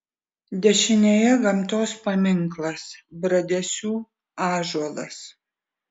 dešinėje gamtos paminklas bradesių ąžuolas